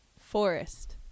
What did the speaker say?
forest